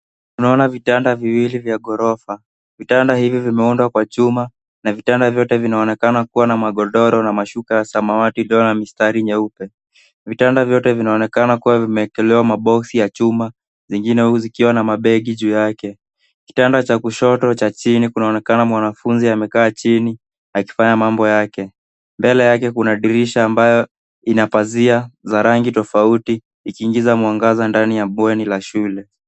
Tunaona vitanda viwili vya ghorofa. Vitanda hivi vimeundwa kwa chuma na vitanda vyote vinaonekana kuwa na magodoro na mashuka ya samawati, doo na mistari nyeupe. Vitanda vyote vinaonekana kuwa vimeekelewa maboksi ya chuma zingine huu zikiwa na mabegi juu yake. Kitanda cha kushoto cha chini kunaonekana mwanafunzi amekaa chini akifanya mambo yake. Mbele yake kuna dirisha ambayo ina pazia za rangi tofauti ikiingiza mwangaza ndani ya bweni la shule.